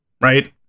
right